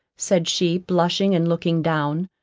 said she, blushing and looking down,